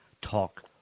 talk